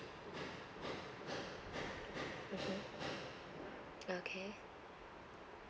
mmhmm okay